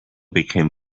became